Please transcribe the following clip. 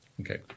Okay